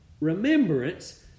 remembrance